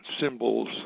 symbols